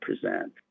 present